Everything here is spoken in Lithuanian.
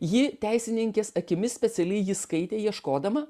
ji teisininkės akimis specialiai jį skaitė ieškodama